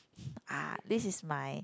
ah this is my